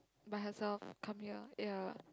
by herself come here ya